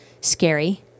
scary